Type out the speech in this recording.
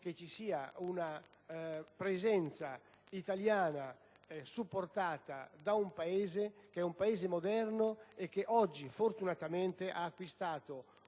che ci sia una presenza italiana supportata da un Paese moderno che oggi, fortunatamente, ha acquistato